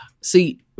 see